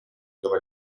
dove